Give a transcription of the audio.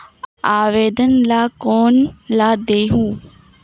आवेदन ला कोन ला देहुं?